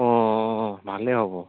অঁ অঁ ভালেই হ'ব